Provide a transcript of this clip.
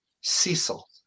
Cecil